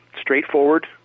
straightforward